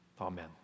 Amen